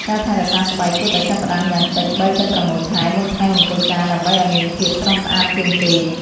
ការថែរក្សាស្បែកគួរតែចាប់ផ្តើមយ៉ាងតិច ៣ ទៅ ៦ ខែមុនថ្ងៃមង្គលការដើម្បីអោយមានភាពស្រស់ស្អាតជាងគេ ។